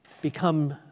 become